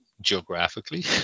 geographically